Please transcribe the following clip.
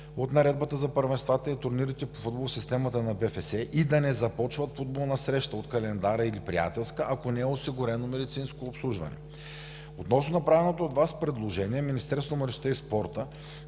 от Наредбата за първенствата и турнирите по футбол в системата на БФС и да не започват футболна среща от календара или приятелска, ако не е осигурено медицинско обслужване. Относно направеното от Вас предложение, Министерството на младежта и спорта